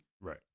Right